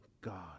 God